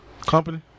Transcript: Company